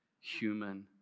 human